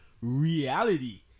reality